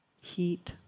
heat